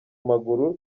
maguru